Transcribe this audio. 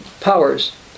powers